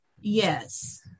Yes